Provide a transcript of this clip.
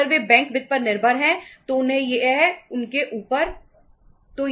अगर वे बैंक वित्त पर निर्भर हैं तो यह उनके ऊपर है